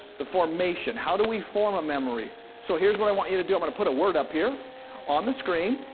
the formation, how do we form a memory? so here's what i want you to do. i'm gonna put a word up here on the screen